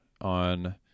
on